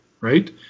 right